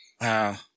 Wow